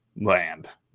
land